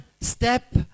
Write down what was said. step